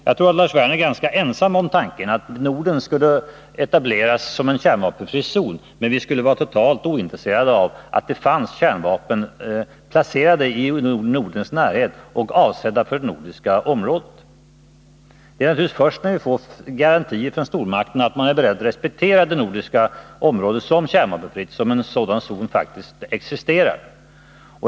Jag tror att Lars Werner är ganska ensam om tanken att Norden skulle etableras som en kärnvapenfri zon men att vi skulle vara totalt ointresserade av att det fanns kärnvapen placerade i Nordens närhet och avsedda för det nordiska området! Det är naturligtvis först när vi från stormakterna får garantier för att man är beredd att respektera det nordiska området som kärnvapenfritt som en sådan zon faktiskt existerar.